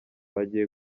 agiye